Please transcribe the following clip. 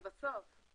זה בסוף.